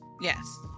Yes